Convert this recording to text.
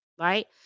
right